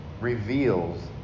reveals